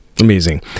Amazing